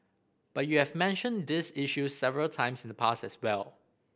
but you have mentioned these issues several times in the past as well